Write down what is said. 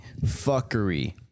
Fuckery